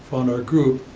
found our group,